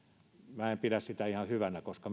minä en pidä sitä ihan hyvänä koska